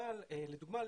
אבל לדוגמא,